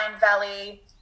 valley